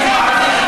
אני מעריך את היושרה.